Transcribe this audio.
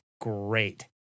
great